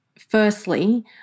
firstly